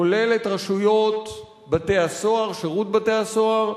כולל את רשויות בתי-הסוהר, שירות בתי-הסוהר,